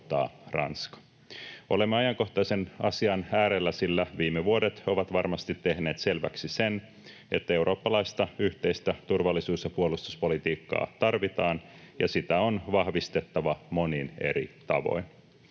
Olemme ajankohtaisen asian äärellä, sillä viime vuodet ovat varmasti tehneet selväksi, että eurooppalaista yhteistä turvallisuus- ja puolustuspolitiikkaa tarvitaan ja sitä on vahvistettava monin eri tavoin.